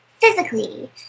physically